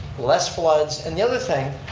less floods, and the other thing,